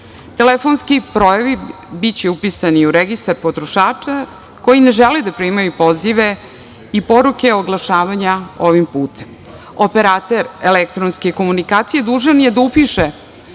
Telefonski brojevi biće upisani u registar potrošača koji ne žele da primaju pozive i poruke oglašavanja ovim putem. Operater elektronske komunikacije dužan je da upiše